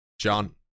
John